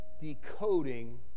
decoding